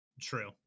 True